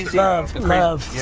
love, and love,